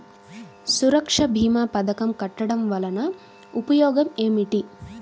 సురక్ష భీమా పథకం కట్టడం వలన ఉపయోగం ఏమిటి?